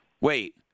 Wait